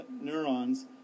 neurons